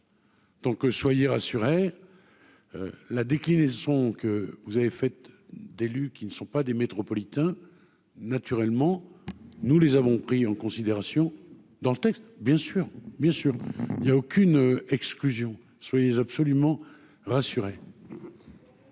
donc, soyez rassurés, la déclinaison que vous avez fait d'élus qui ne sont pas des métropolitains, naturellement, nous les avons pris en considération dans le texte, bien sûr, bien sûr, il y a aucune exclusion sur les absolument rassurer.